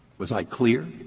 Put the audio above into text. was i clear?